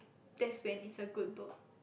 that's when it's a good book